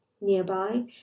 Nearby